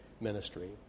ministry